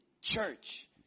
church